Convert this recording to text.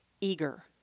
eager